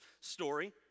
story